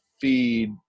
feed